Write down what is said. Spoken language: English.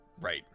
Right